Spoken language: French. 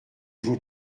vous